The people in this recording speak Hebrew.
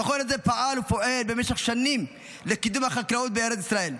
המכון הזה פעל ופועל במשך שנים לקידום החקלאות בארץ ישראל,